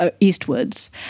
eastwards